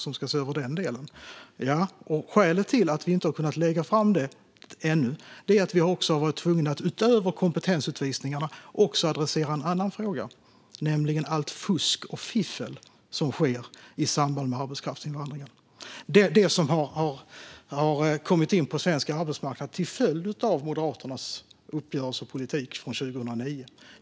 Orsaken till att vi inte har kunnat lägga fram dem ännu är att vi har varit tvungna att utöver kompetensutvisningarna även adressera en annan fråga, nämligen allt fusk och fiffel som sker i samband med arbetskraftsinvandringen och som har kommit in på svensk arbetsmarknad till följd av Moderaternas uppgörelsepolitik från 2009.